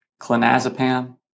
clonazepam